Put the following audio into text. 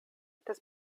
das